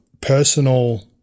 personal